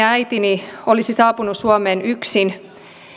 äitini olisi saapunut suomeen yksin